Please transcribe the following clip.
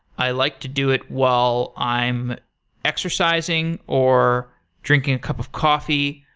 i like to do it while i'm exercising, or drinking a cup of coffee,